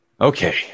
Okay